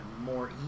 more